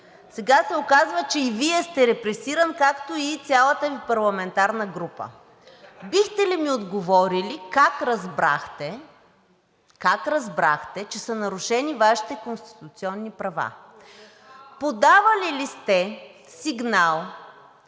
сега се оказва, че и Вие сте репресиран, както и цялата Ви парламентарна група. Бихте ли ми отговорили как разбрахте, че са нарушени Вашите конституционни права? Подавали ли сте сигнал